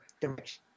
direction